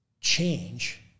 change